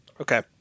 Okay